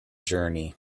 journey